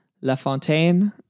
LaFontaine